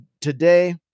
today